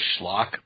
schlock